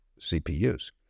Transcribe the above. CPUs